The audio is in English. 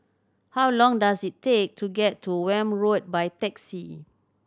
how long does it take to get to Welm Road by taxi